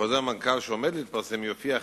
חרם חברתי המוטל על תלמידים בבתי-ספר מצד חבריהם לכיתה,